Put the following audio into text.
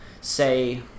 say